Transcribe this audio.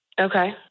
Okay